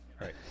right